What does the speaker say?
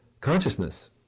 consciousness